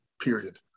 period